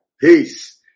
Peace